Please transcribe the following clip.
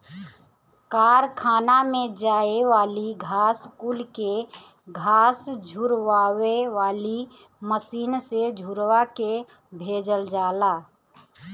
कारखाना में जाए वाली घास कुल के घास झुरवावे वाली मशीन से झुरवा के भेजल जाला